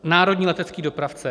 Národní letecký dopravce.